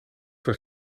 voor